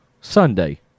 Sunday